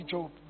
Job